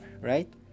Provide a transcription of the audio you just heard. right